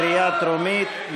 קריאה טרומית.